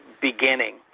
beginning